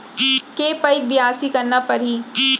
के पइत बियासी करना परहि?